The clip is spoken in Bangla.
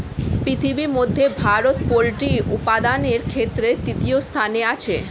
পৃথিবীর মধ্যে ভারত পোল্ট্রি উপাদানের ক্ষেত্রে তৃতীয় স্থানে আছে